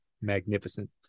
magnificent